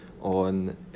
on